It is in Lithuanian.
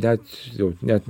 net jau net